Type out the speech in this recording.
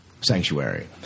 Sanctuary